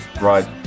right